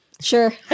Sure